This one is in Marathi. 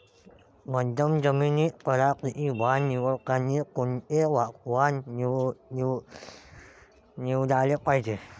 मध्यम जमीनीत पराटीचं वान निवडतानी कोनचं वान निवडाले पायजे?